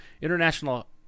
International